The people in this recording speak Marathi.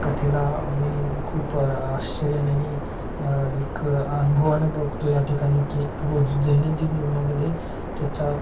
कथेला मी खूप आश्चर्यानं आणि एक अनुभवानं बघतो या ठिकाणी की रोज दैनंदिन जीवनामध्येे त्याचा